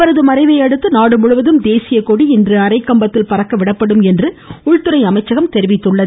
அவரது மறைவையடுத்து நாடுமுழுவதும் தேசியக்கொடி இன்று அரைக்கம்பத்தில் பறக்க விடப்படும் என்று உள்துறை அமைச்சகம் தெரிவித்துள்ளது